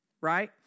Right